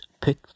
pick